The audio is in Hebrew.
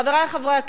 חברי חברי הכנסת,